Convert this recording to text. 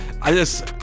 alles